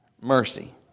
Mercy